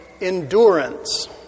endurance